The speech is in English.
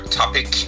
topic